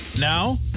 Now